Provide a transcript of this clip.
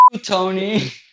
Tony